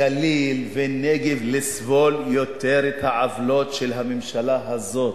גליל ונגב, לסבול יותר את העוולות של הממשלה הזאת.